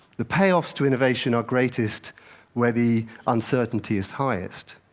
the payoffs to innovation are greatest where the uncertainty is highest.